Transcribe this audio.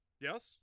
Yes